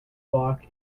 block